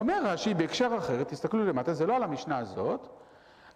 אומר רש"י בהקשר אחר, תסתכלו למטה, זה לא על המשנה הזאת